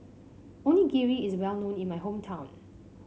Onigiri is well known in my hometown